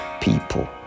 people